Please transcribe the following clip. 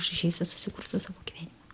aš išeisiu susikursiu savo gyvenimą